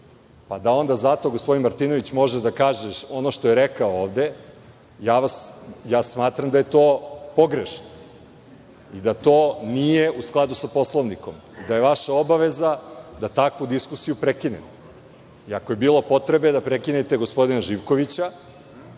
pa da onda zato gospodin Martinović može da kaže ono što je rekao ovde, smatram da je to pogrešno i da to nije u skladu sa Poslovnikom i da je vaša obaveza da takvu diskusiju prekinete. Ako je bilo potrebe da prekinete gospodina Živkovića,